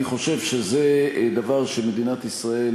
אני חושב שזה דבר שמדינת ישראל